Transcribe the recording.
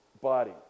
body